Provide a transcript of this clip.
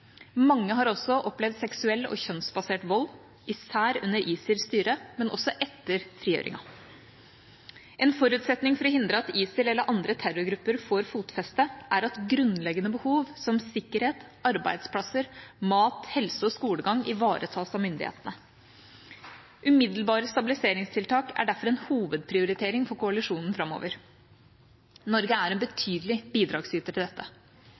Mange har også opplevd seksuell og kjønnsbasert vold – især under ISILs styre, men også etter frigjøringen. En forutsetning for å hindre at ISIL eller andre terrorgrupper får fotfeste, er at grunnleggende behov som sikkerhet, arbeidsplasser, mat, helse og skolegang ivaretas av myndighetene. Umiddelbare stabiliseringstiltak er derfor en hovedprioritering for koalisjonen framover. Norge er en betydelig bidragsyter til dette.